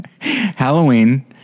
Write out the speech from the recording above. Halloween